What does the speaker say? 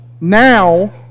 now